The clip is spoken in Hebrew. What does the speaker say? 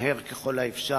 מהר ככל האפשר,